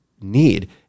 need